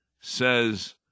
says